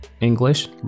English